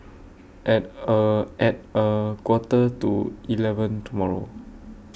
At A At A Quarter to eleven tomorrow